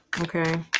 Okay